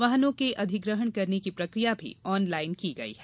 वाहनों के अधिग्रहण करने की प्रक्रिया भी ऑनलाइन की गई है